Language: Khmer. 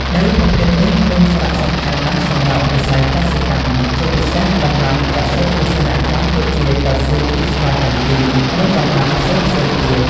ដីប្រភេទនេះមានសារៈសំខាន់ណាស់សម្រាប់វិស័យកសិកម្ម ជាពិសេសដំណាំកសិ-ឧស្សាហកម្មដូចជា កៅស៊ូ ស្វាយចន្ទី និងដំណាំផ្សេងៗទៀត។